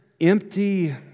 empty